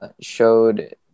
showed